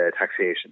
taxation